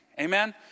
Amen